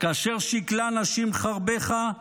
"כאשר שִׁכלה נשים חרבך,